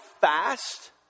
fast